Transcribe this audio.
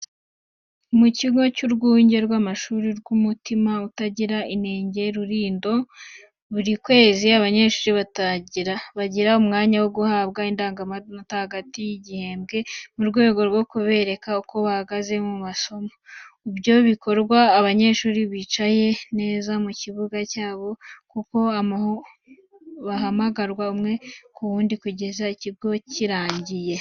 Mu kigo cy'urwunge rw'amashuri rw'Umutima Utagira Inenge i Rulindo, buri kwezi abanyeshuri bagira umwanya wo guhabwa indangamanota hagati mu gihembwe, mu rwego rwo kubereka uko bahagaze mu masomo. Ibyo bikorwa, abanyeshuri bicaye neza mu kibuga cyabo kuko hamagarwa umwe ku wundi kugeza ikigo kirangiye.